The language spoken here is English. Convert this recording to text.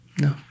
No